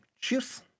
Cheers